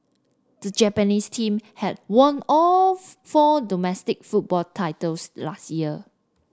the Japanese team had won all four domestic football titles last year